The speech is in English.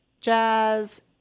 Jazz